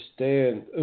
understand